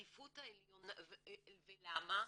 ולמה?